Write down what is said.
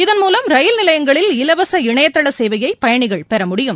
இதன்மூலம் ரயில்நிலையங்களில் இலவச இணையதளசேவையைபயணிகள் பெறமுடியும்